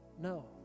no